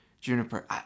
Juniper